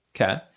Okay